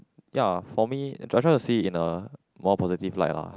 ya for me I try to see in a more positive light lah